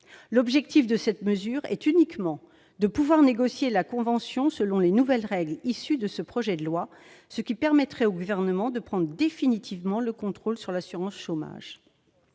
L'objectif d'une telle mesure est uniquement de pouvoir négocier la convention selon les nouvelles règles issues du projet de loi, ce qui permettrait au Gouvernement de prendre définitivement le contrôle sur l'assurance chômage.